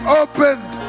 opened